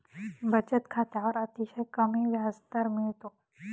बचत खात्यावर अतिशय कमी व्याजदर मिळतो